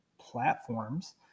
platforms